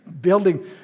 Building